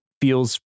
feels